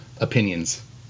opinions